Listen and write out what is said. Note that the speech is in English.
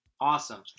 Awesome